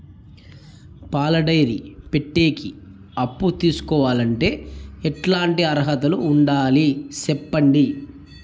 పాల డైరీ పెట్టేకి అప్పు తీసుకోవాలంటే ఎట్లాంటి అర్హతలు ఉండాలి సెప్పండి?